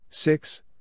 Six